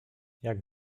jak